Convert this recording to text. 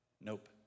Nope